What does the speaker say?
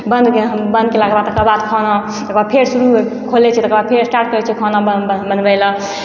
बन्द बन्द केलाके तकर बाद खाना तकर बाद फेर शुरू खोलै छियै तकर बाद फेर स्टार्ट करै छियै खाना बन बनबै लऽ